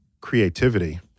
creativity